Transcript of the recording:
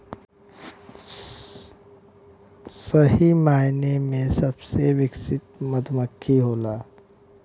सही मायने में सबसे विकसित मधुमक्खी होला